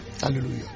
Hallelujah